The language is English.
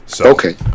Okay